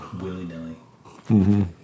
Willy-nilly